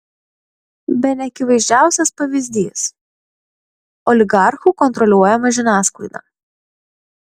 bene akivaizdžiausias pavyzdys oligarchų kontroliuojama žiniasklaida